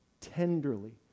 tenderly